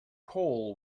coal